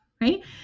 Right